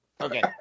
Okay